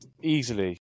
easily